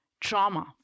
Trauma